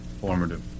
formative